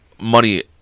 money